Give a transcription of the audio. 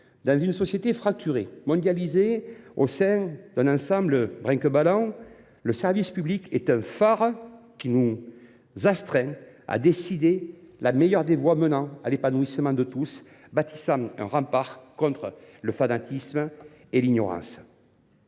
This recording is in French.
Dans une société fracturée, mondialisée, au sein d’un ensemble bringuebalant, le service public est un phare qui nous astreint à tracer la meilleure des voies menant à l’épanouissement de tous et à dresser un rempart contre le fanatisme et l’ignorance.